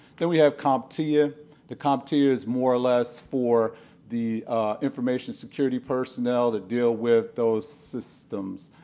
then we have comptia. the comptia is more or less for the information security personnel that deal with those systems,